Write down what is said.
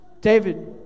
David